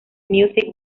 music